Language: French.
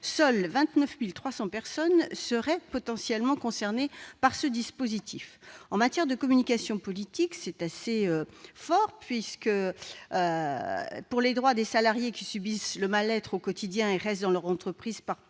seules 29 300 personnes seront potentiellement concernées par ce dispositif. En matière de communication politique, c'est assez fort, mais, vis-à-vis des salariés qui subissent le mal-être au quotidien et restent dans leur entreprise